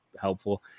helpful